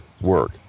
work